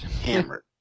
Hammered